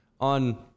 on –